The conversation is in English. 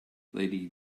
lady